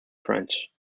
french